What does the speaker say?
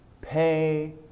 Pay